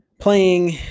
playing